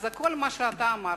כל מה שאמרת,